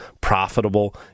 profitable